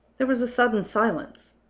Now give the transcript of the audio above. there was a sudden silence.